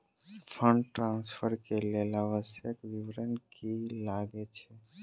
Fund transfer केँ लेल आवश्यक विवरण की की लागै छै?